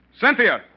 Cynthia